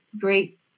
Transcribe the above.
great